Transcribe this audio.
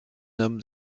them